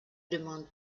demande